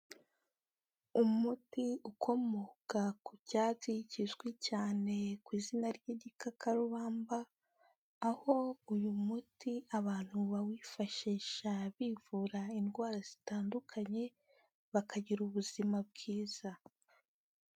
Umuti ukomoka ku cyatsi kizwi cyane ku izina ry'igikakarubamba, aho uyu muti abantu bawifashisha bivura indwara zitandukanye, bakagira ubuzima bwiza.